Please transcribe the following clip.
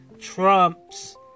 Trump's